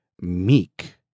meek